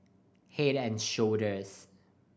Head and Shoulders